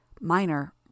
Minor